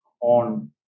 on